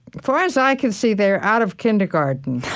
far as i can see, they're out of kindergarten,